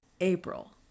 April